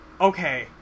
Okay